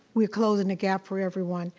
we're closing a gap for everyone.